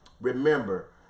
remember